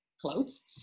clothes